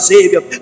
Savior